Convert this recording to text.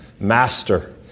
master